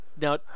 Now